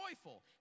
joyful